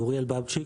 אוריאל בבצ'יק,